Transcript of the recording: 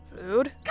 food